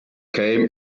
came